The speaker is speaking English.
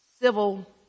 Civil